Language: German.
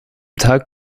tag